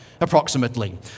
approximately